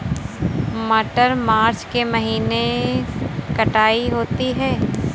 मटर मार्च के महीने कटाई होती है?